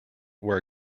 where